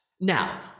Now